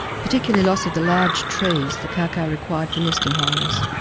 particularly loss of the large trees the kaka required for nesting hollows.